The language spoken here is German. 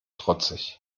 trotzig